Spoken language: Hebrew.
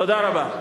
תודה רבה.